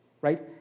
right